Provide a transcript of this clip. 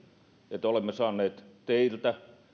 että olemme saaneet teiltä